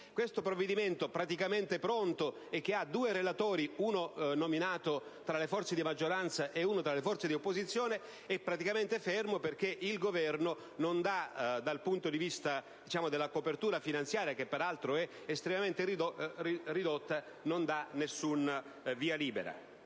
Questo provvedimento, praticamente pronto, e che ha due relatori, uno nominato tra le forze di maggioranza e uno tra le forze di opposizione, è fermo perché il Governo non dà via libera dal punto di vista della copertura finanziaria, peraltro estremamente ridotta. Insomma, io credo